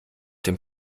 dem